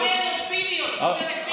רוב האנטנות סיניות, תוצרת סין.